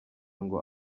ngo